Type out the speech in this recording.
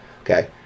okay